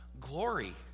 glory